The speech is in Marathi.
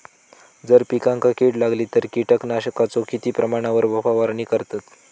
जर पिकांका कीड लागली तर कीटकनाशकाचो किती प्रमाणावर फवारणी करतत?